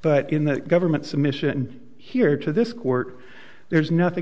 but in the government submission here to this court there's nothing